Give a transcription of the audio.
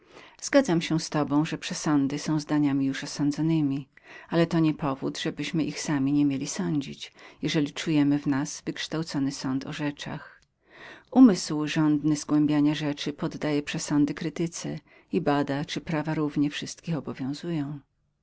zgadzam się z tobą że przesądy są zdaniami już osądzonemi ale nie przeszkadza to żebyśmy sami nie mieli ich także sądzić zwłaszcza gdy czujemy w nas wykształcony sąd o rzeczach ciekawy umysł zgłębia rzeczy poddaje przesądy pod krytykę badania i przekonywa się czyli prawa równie wszystkich obowiązują